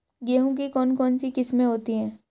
गेहूँ की कौन कौनसी किस्में होती है?